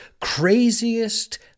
craziest